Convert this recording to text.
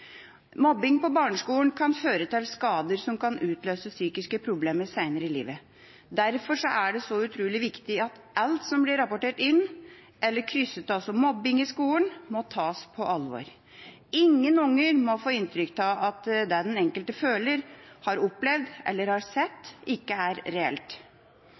Mobbing på barneskolen kan føre til skader som kan utløse psykiske problemer seinere i livet. Derfor er det så utrolig viktig at alt som blir rapportert inn, eller krysset av som «mobbing» i skolen, tas på alvor. Ingen unger må få inntrykk av at det den enkelte føler, har opplevd eller har sett, ikke er reelt.